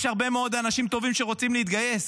יש הרבה מאוד אנשים טובים שרוצים להתגייס.